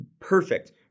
perfect